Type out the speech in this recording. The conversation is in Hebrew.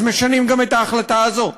אז משנים גם את ההחלטה הזאת.